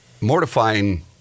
mortifying